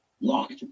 locked